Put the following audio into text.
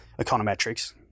econometrics